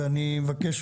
לגעת,